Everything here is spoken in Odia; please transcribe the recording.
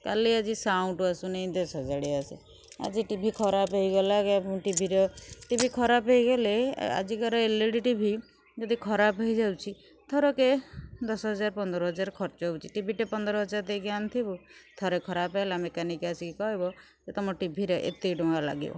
ଆଜି ସାଉଣ୍ଡ ଆସୁନାଇଁ ଏଟା ସଜାଡ଼ି ଆସେ ଆଜି ଟିଭି ଖରାପ ହୋଇଗଲା କି ଆମ ଟିଭିର ଟିଭି ଖରାପ ହୋଇଗଲେ ଆଜିକାର ଏଲ୍ ଇ ଡ଼ି ଟିଭି ଯଦି ଖରାପ ହୋଇଯାଉଛି ଥରକେ ଦଶ ହଜାର ପନ୍ଦର ହଜାର ଖର୍ଚ୍ଚ ହେଉଛି ଟିଭିଟା ପନ୍ଦର ହଜାର ଦେଇକି ଅଣିଥିବୁ ଥରେ ଖରାପ ହେଲା ମେକାନିକ୍ ଆସିକି କହିବ ଯେ ତମ ଟିଭିରେ ଏତିକି ଟଙ୍କା ଲାଗିବ